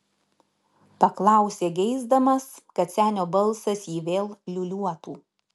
paklausė geisdamas kad senio balsas jį vėl liūliuotų